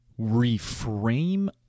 reframe